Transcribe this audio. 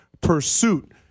pursuit